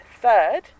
third